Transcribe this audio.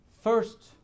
First